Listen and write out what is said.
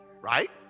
Right